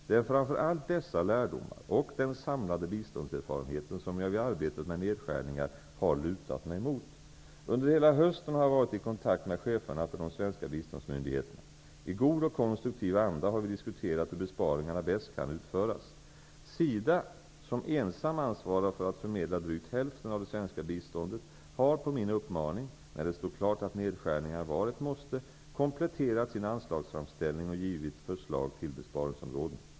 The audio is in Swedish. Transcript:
Det är framför allt dessa lärdomar och den samlade biståndserfarenheten som jag vid arbetet med nedskärningar har lutat mig mot. Under hela hösten har jag varit i kontakt med cheferna för de svenska biståndsmyndigheterna. I god och konstruktiv anda har vi diskuterat hur besparingarna bäst kan utföras. SIDA, som ensamt ansvarar för att förmedla drygt hälften av det svenska biståndet, har på min uppmaning, när det stod klart att nedskärningar var ett måste, kompletterat sin anslagsframställning och givit förslag till besparingsområden.